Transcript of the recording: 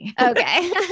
Okay